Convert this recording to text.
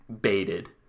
baited